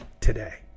today